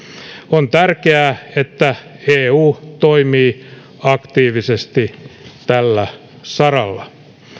on tärkeää että eu toimii aktiivisesti tällä saralla